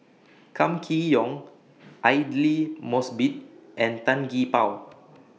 Kam Kee Yong Aidli Mosbit and Tan Gee Paw